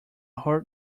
hurt